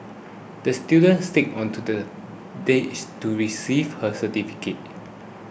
the student skated onto the dash to receive her certificate